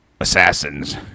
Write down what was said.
assassins